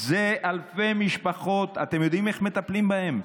יש אלפי משפחות, שאתם יודעים איך מטפלים בהן?